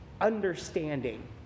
understanding